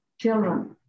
children